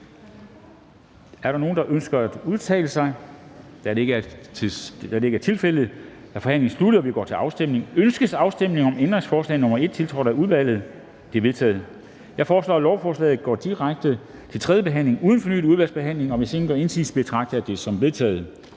Er der nogen, der ønsker at udtale sig? Da det ikke er tilfældet er forhandlingen sluttet, og vi går til afstemning. Kl. 10:36 Afstemning Formanden (Henrik Dam Kristensen): Ønskes afstemning om ændringsforslag nr. 1, tiltrådt af udvalget? Det er vedtaget. Jeg foreslår, at lovforslaget går direkte til tredje behandling uden fornyet udvalgsbehandling, og hvis ingen gør indsigelse, betragter jeg det som vedtaget.